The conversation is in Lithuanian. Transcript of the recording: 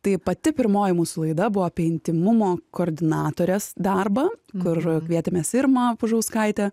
tai pati pirmoji mūsų laida buvo apie intymumo koordinatorės darbą kur kvietėmės irmą pužauskaitę